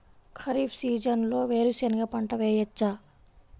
ఖరీఫ్ సీజన్లో వేరు శెనగ పంట వేయచ్చా?